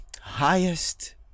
Highest